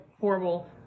horrible